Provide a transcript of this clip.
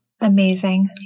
Amazing